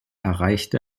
erreicht